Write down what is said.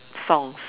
songs